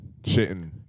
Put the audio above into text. shitting